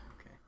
Okay